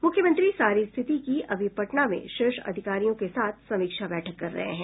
मुख्यमंत्री सारी स्थिति की अभी पटना में शीर्ष अधिकारियों के साथ समीक्ष बैठक कर रहे हैं